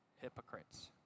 hypocrites